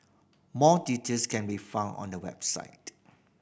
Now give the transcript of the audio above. more details can be found on the website